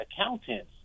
accountants